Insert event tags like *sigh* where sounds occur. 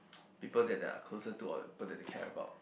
*noise* people that they are closer to or people that they care about